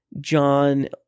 John